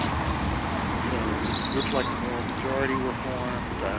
and moving on. and so groups like the moral majority were formed,